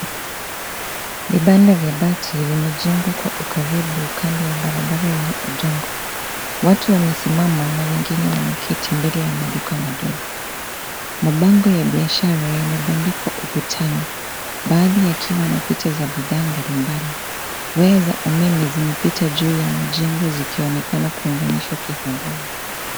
Vibanda vya bati vimejengwa kwa ukaribu kando ya barabara yenye udongo. Watu wamesimama na wengine wameketi mbele ya maduka madogo. Mabango ya biashara yamebandikwa ukutani baadhi yakiwa na picha za bidhaa mbalimbali. Waya za umeme zimepita juu ya majengo zikionekana kuunganishwa kiholela.